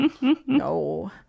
no